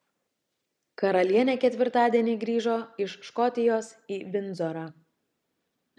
karalienė ketvirtadienį grįžo iš škotijos į vindzorą